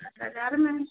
आठ हज़ार में